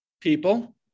People